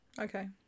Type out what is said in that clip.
Okay